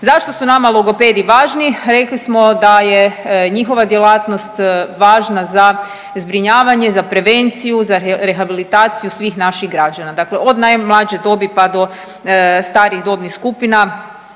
Zašto su nama logopedi važni? Rekli smo da je njihova djelatnost važna za zbrinjavanje, za prevenciju, za rehabilitaciju svih naših građana, dakle od najmlađe dobi pa do starijih dobnih skupina.